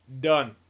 Done